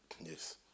yes